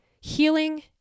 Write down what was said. healing